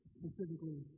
specifically